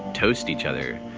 toast each other.